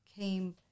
came